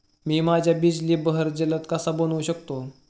मी माझ्या बिजली बहर जलद कसा बनवू शकतो?